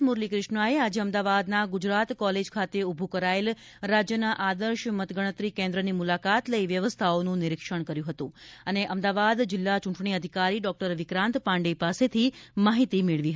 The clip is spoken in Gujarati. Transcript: મુરલીક્રિષ્ણાએ આજે અમદાવાદના ગુજરાત કોલેજ ખાતે ઊભું કરાયેલ રાજ્યના આદર્શ મતગણતરી કેન્દ્રની મુલાકાત લઈ વ્યવસ્થાઓનું નિરીક્ષણ કર્યું હતું અને અમદાવાદ જિલ્લા ચૂંટણી અધિકારી ડોક્ટર વિક્રાંત પાંડે પાસેથી માહિતી મેળવી હતી